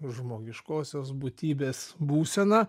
žmogiškosios būtybės būsena